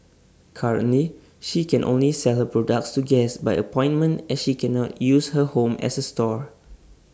currently she can only sell her products to guests by appointment as she cannot use her home as A store